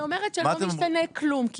אני אומרת שלא ישתנה כלום.